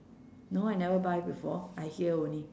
no I never buy before I hear only